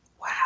Wow